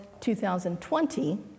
2020